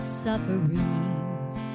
sufferings